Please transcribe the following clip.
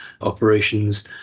operations